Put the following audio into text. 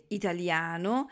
italiano